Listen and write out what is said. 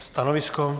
Stanovisko?